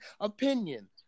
opinion